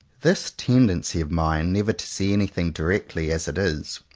this tendency of mine never to see any thing directly as it is,